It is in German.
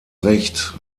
recht